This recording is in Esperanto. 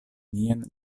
nian